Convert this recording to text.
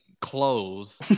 clothes